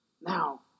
now